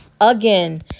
again